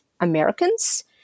Americans